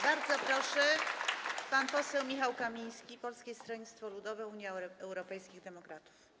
Bardzo proszę, pan poseł Michał Kamiński, Polskie Stronnictwo Ludowe - Unia Europejskich Demokratów.